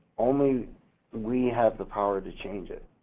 only we have the power to change it.